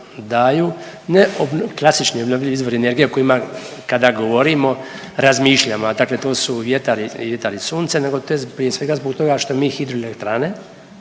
daju ne klasični obnovljivi izvori energije o kojima kada govorimo razmišljamo, a dakle to su vjetar i da li sunce, nego to je prije zbog toga što mi hidroelektrane,